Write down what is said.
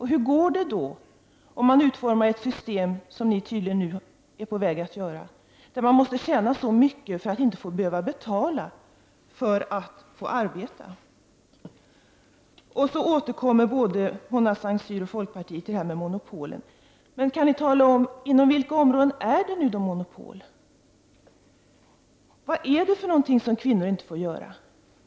Hur går det då om man utformar ett sådant system som ni tydligen är på väg att utforma och som innebär att man måste tjäna så mycket för att inte behöva betala för att få arbeta? Både Mona Saint Cyr och Charlotte Branting återkommer till monopolen. Men kan ni tala om på vilka områden som det är monopol? Vad är det som kvinnor inte får göra?